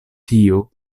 tiu